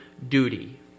Duty